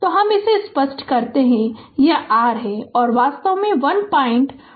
तोहम इसे स्पष्ट करते है तो यह r है यह वास्तव में 1241 एम्पीयर पे आता है